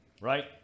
right